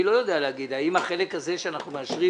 אני לא יודע להגיד האם החלק הזה שאנחנו מאשרים